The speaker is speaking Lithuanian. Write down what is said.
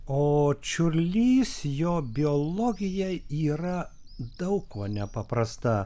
o čiurlys jo biologija yra daug kuo nepaprasta